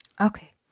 Okay